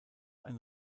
ein